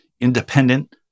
independent